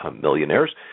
millionaires